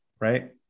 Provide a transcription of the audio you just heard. Right